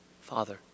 father